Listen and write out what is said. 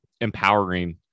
empowering